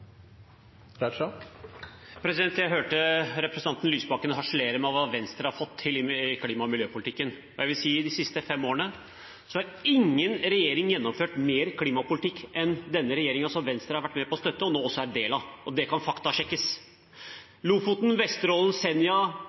Jeg hørte representanten Lysbakken harselere over hva Venstre har fått til i klima- og miljøpolitikken. Jeg vil si, ut fra de siste fem årene: Ingen regjering har gjennomført mer klimapolitikk enn den regjeringen som Venstre har vært med på å støtte, og nå også er en del av. Det kan faktasjekkes. Lofoten, Vesterålen, Senja,